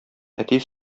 әти